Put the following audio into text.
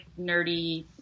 nerdy